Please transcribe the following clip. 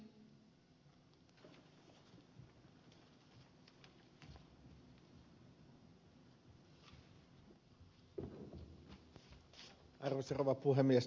arvoisa rouva puhemies